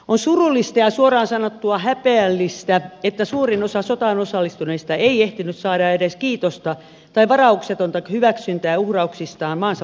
on surullista ja suoraan sanottuna häpeällistä että suurin osa sotaan osallistuneista ei ehtinyt saada edes kiitosta tai varauksetonta hyväksyntää uhrauksistaan maansa puolustamisessa